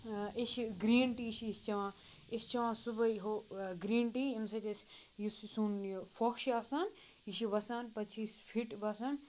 أسۍ چھِ green tea چھِ أسۍ چٮ۪وان أسۍ چھِ چٮ۪وان صُبحٲے ہُہ گرٛیٖن ٹی ییٚمہِ سۭتۍ أسۍ یُس یہِ سون یہِ پھۄکھ چھِ آسان یہِ چھِ وَسان پَتہٕ چھِ أسۍ فِٹ باسان